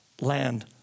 land